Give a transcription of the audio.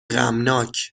غمناک